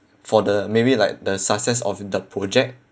for the maybe like the success of the project